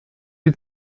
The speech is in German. die